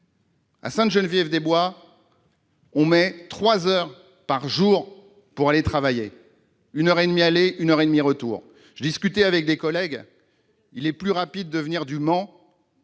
À Sainte-Geneviève-des-Bois, on met trois heures par jour pour aller travailler : une heure et demie à l'aller ; une heure et demie au retour. J'en parlais avec des collègues, il est plus rapide de venir du Mans